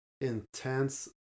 intense